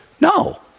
No